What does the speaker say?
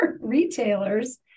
retailers